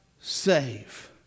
save